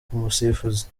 umusifuzi